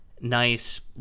nice